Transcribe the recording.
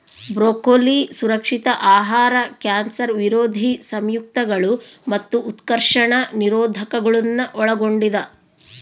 broccoli ಸುರಕ್ಷಿತ ಆಹಾರ cancer ವಿರೋಧಿ ಸಂಯುಕ್ತಗಳು ಮತ್ತು ಉತ್ಕರ್ಷಣ ನಿರೋಧಕಗುಳ್ನ ಒಳಗೊಂಡಿದ